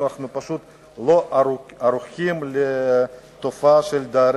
אנחנו פשוט לא ערוכים לתופעה של דרי